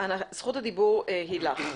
יוכי, זכות הדיבור היא שלך.